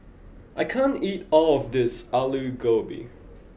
I can't eat all of this Alu Gobi